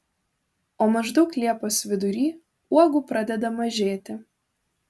o maždaug liepos vidury uogų pradeda mažėti